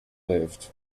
lived